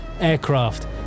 aircraft